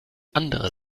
andere